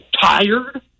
tired